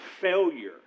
failure